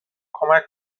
کمک